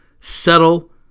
Settle